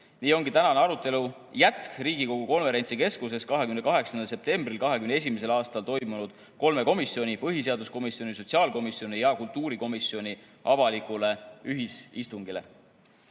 Nii ongi tänane arutelu jätk Riigikogu konverentsikeskuses 28. septembril 2021. aastal toimunud kolme komisjoni, põhiseaduskomisjoni, sotsiaalkomisjoni ja kultuurikomisjoni avalikule ühisistungile. Kuidas